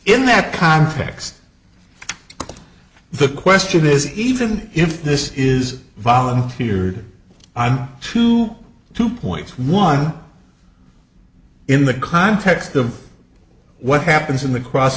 in that context the question is even if this is volunteered on to two points one in the context of what happens in the cross